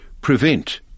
prevent